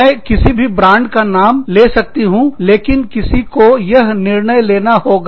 मैं किसी भी ब्रांड का नाम ले सकती हूँ लेकिन किसी को यह निर्णय लेना होगा